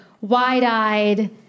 wide-eyed